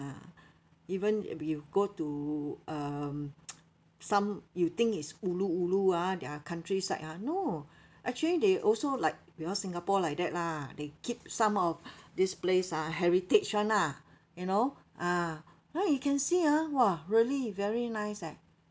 even if you go to um some you think is ulu ulu ah their countryside ah no actually they also like we all singapore like that lah they keep some of this place ah heritage [one] lah you know ah now you can see ah !wah! really very nice leh